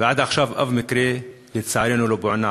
ועד עכשיו אף מקרה לצערנו לא פוענח.